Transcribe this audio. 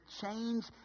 change